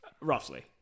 roughly